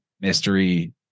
mystery